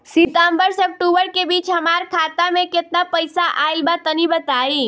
सितंबर से अक्टूबर के बीच हमार खाता मे केतना पईसा आइल बा तनि बताईं?